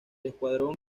escuadrón